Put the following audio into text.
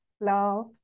love